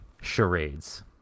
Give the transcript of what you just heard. charades